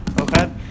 Okay